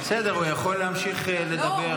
בסדר, הוא יכול להמשיך לדבר.